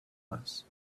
less